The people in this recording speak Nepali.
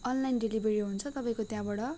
अनलाइन डेलिभरी हुन्छ तपाईँको त्यहाँबाट